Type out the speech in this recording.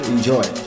Enjoy